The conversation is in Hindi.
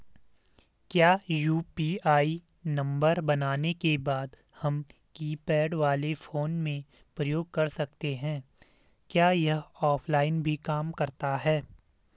क्या यु.पी.आई नम्बर बनाने के बाद हम कीपैड वाले फोन में प्रयोग कर सकते हैं क्या यह ऑफ़लाइन भी काम करता है?